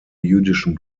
jüdischen